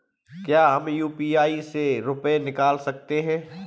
क्या हम यू.पी.आई से रुपये निकाल सकते हैं?